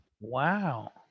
Wow